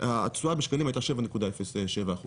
התשואה בשקלים הייתה 7.07%,